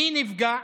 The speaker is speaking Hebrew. מי נפגע?